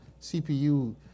CPU